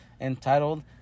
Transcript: Entitled